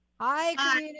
Hi